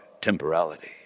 temporality